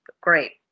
great